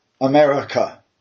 America